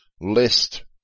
list